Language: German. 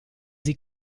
sie